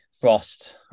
frost